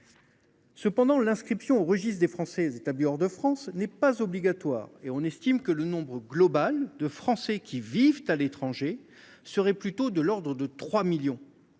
Cependant, l’inscription au registre des Français établis hors de France n’étant pas obligatoire, on estime que le nombre global de Français qui vivent à l’étranger serait plutôt de l’ordre de 3 millions,